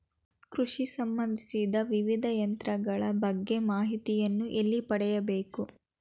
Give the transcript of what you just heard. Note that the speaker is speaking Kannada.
ಕೃಷಿ ಸಂಬಂದಿಸಿದ ವಿವಿಧ ಯಂತ್ರಗಳ ಬಗ್ಗೆ ಮಾಹಿತಿಯನ್ನು ಎಲ್ಲಿ ಪಡೆಯಬೇಕು?